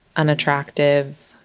unattractive,